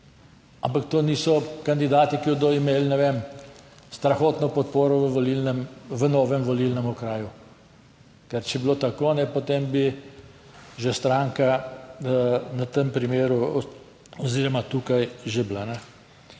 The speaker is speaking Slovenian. Ampak to niso kandidati, ki bodo imeli, ne vem, strahotno podporo v novem volilnem okraju. Ker če bi bilo tako, potem bi že stranka v tem primeru oziroma tukaj že bila.